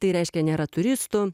tai reiškia nėra turistų